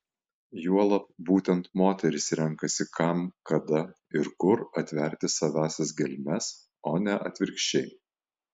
juolab būtent moteris renkasi kam kada ir kur atverti savąsias gelmes o ne atvirkščiai